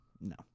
No